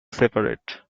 separate